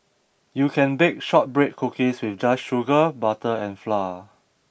you can bake shortbread cookies with just sugar butter and flour